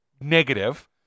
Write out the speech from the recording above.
negative